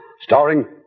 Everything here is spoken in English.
starring